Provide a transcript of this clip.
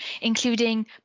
including